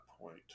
point